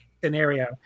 scenario